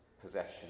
possession